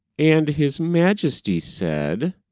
and his majesty said,